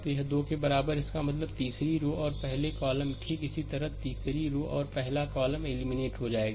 तो यह 2 के बराबर है इसका मतलब है तीसरी रो और पहला कॉलम ठीक इसी तरह तीसरी रो और पहला कॉलमएलिमिनेट हो जाएगा